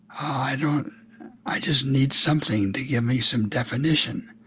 i don't i just need something to give me some definition.